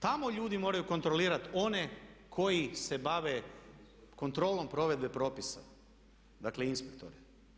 Tamo ljudi moraju kontrolirati one koji se bave kontrolom provedbe propisa, dakle inspektore.